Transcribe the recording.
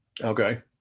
Okay